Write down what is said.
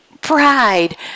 pride